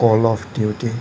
call of duty